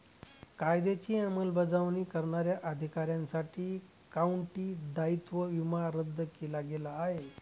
कायद्याची अंमलबजावणी करणाऱ्या अधिकाऱ्यांसाठी काउंटी दायित्व विमा रद्द केला गेला आहे